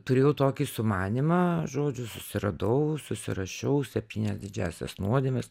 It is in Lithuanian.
turėjau tokį sumanymą žodžiu susiradau susirašiau septynias didžiąsias nuodėmes